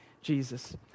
Jesus